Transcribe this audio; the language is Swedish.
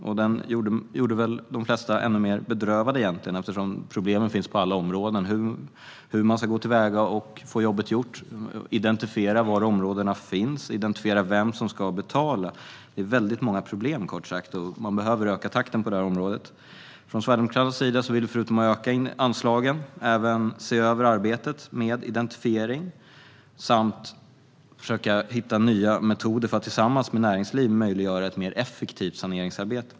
Den gjorde väl de flesta ännu mer bedrövade, eftersom problemen finns på alla områden. Hur ska man gå till väga och få jobbet gjort? Hur ska man identifiera var områdena finns? Hur ska man identifiera vem som ska betala? Det är kort sagt väldigt många problem. Man behöver öka takten på det området. Från Sverigedemokraternas sida vill vi förutom att öka anslagen se över arbetet med identifiering samt försöka hitta nya metoder för att tillsammans med näringslivet möjliggöra ett mer effektivt saneringsarbete.